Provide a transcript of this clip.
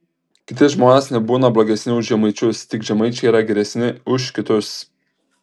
kiti žmonės nebūna blogesni už žemaičius tik žemaičiai yra geresni už kitus